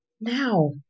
now